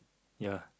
ya